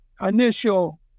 initial